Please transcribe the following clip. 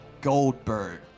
goldberg